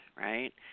right